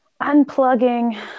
unplugging